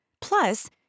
Plus